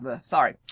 sorry